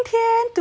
今天 today